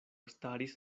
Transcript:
staris